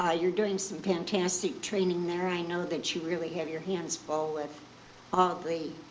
ah you're doing some fantastic training there. i know that you really have your hands full with all the,